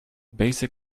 basic